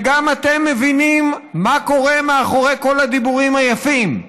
וגם אתם מבינים מה קורה מאחורי הדיבורים היפים.